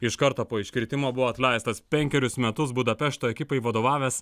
iš karto po iškritimo buvo atleistas penkerius metus budapešto ekipai vadovavęs